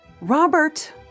Robert